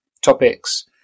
topics